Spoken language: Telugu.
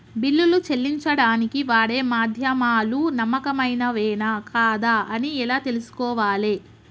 బిల్లులు చెల్లించడానికి వాడే మాధ్యమాలు నమ్మకమైనవేనా కాదా అని ఎలా తెలుసుకోవాలే?